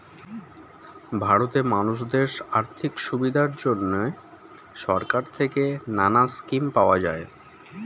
ভারতে মানুষদের আর্থিক সুবিধার জন্যে সরকার থেকে নানা স্কিম পাওয়া যায়